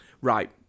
Right